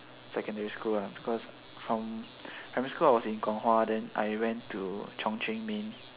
secondary school because from primary school I was in kong-hwa then I went chung-cheng main